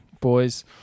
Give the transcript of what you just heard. boys